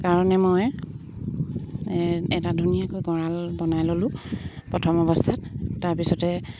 কাৰণে মই এটা ধুনীয়াকৈ গঁৰাল বনাই ল'লোঁ প্ৰথম অৱস্থাত তাৰপিছতে